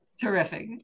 Terrific